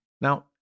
now